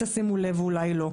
ואולי תשימו לב ואולי לא,